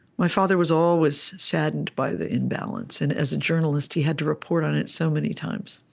my father was always saddened by the imbalance. and as a journalist, he had to report on it so many times